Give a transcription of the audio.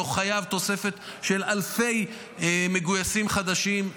הצבא חייב תוספת של אלפי מגויסים חדשים.